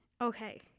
Okay